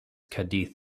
cadiz